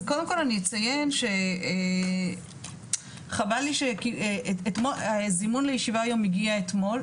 אז קודם כל אני אציין שחבל לי הזימון לישיבה היום הגיע אתמול,